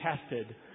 tested